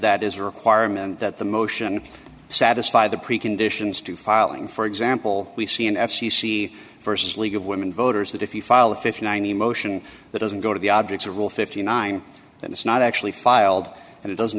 that is a requirement that the motion satisfy the preconditions to filing for example we see an f c c versus league of women voters that if you file a fifty nine emotion that doesn't go to the objects of all fifty nine that it's not actually filed and it doesn't